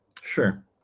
Sure